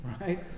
right